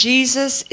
Jesus